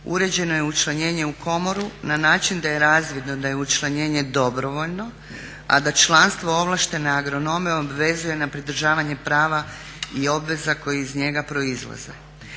Uređeno je učlanjenje u komoru na način da je razvidno da je učlanjenje dobrovoljno, a da članstvo ovlaštene agronome obvezuje na pridržavanje prava i obveza koji iz njega proizlaze.